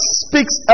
speaks